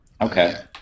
Okay